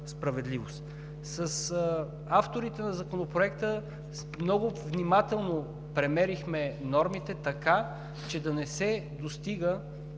С авторите на Законопроекта много внимателно премерихме нормите, така че да не се достига